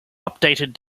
updated